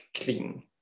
clean